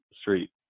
street